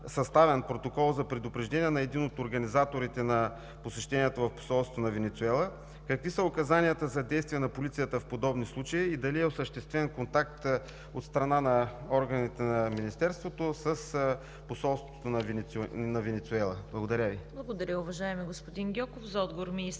съставен протокол за предупреждение на един от организаторите на посещението в Посолството на Венецуела? Какви са указанията за действията на полицията в подобни случаи и дали е осъществен контакт от страна на органите на Министерството с Посолството на Венецуела? Благодаря Ви. ПРЕДСЕДАТЕЛ ЦВЕТА КАРАЯНЧЕВА: Благодаря, уважаеми господин Гьоков. За отговор – министърът